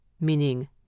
meaning